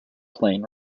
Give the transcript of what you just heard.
playing